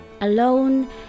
Alone